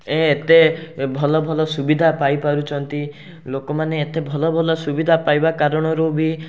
ଏ ଏତେ ଭଲ ଭଲ ସୁବିଧା ପାଇଁ ପାରୁଛନ୍ତି ଲୋକମାନେ ଏତେ ଭଲ ଭଲ ସୁବିଧା ପାଇବା କାରଣରୁ ବି